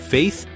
Faith